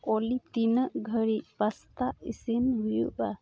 ᱚᱞᱤ ᱛᱤᱱᱟᱹᱜ ᱜᱷᱟᱹᱲᱤᱡ ᱯᱟᱥᱛᱟ ᱤᱥᱤᱱ ᱦᱩᱭᱩᱜᱼᱟ